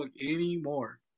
anymore